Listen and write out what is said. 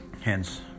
Hence